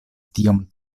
tiom